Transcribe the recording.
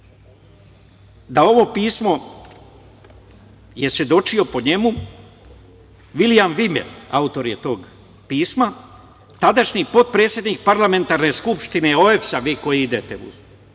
da ovo pismo je svedočio po njemu Vilijam Vimer, autor je tog pisma, tadašnji potpredsednik parlamentarne skupštine OEBS-a, vi koji idete u